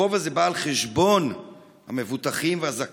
החוב הזה בא על חשבון המבוטחים והזכאים,